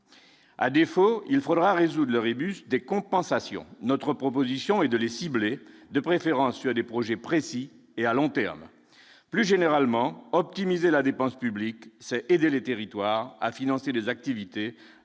à défaut, il faudra résoudre le rébus des compensations notre proposition et de les cibler, de préférence sur des projets précis et à long terme, plus généralement, optimiser la dépense publique, c'est aider les territoires à financer les activités